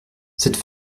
cette